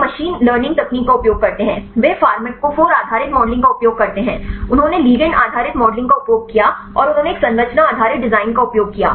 वे machine learning तकनीक का उपयोग करते हैं वे फ़ार्माकोफ़ोर आधारित मॉडलिंग का उपयोग करते हैं उन्होंने लिगैंड आधारित मॉडलिंग का उपयोग किया और उन्होंने एक संरचना आधारित डिजाइन का उपयोग किया